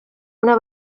una